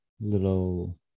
little